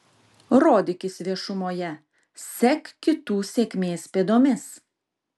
rodykis viešumoje sek kitų sėkmės pėdomis